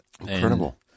Incredible